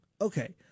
Okay